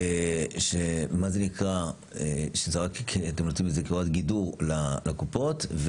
זה שאתם עושים את זה כהוראת גידור לקופות.